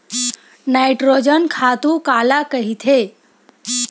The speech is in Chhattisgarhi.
नाइट्रोजन खातु काला कहिथे?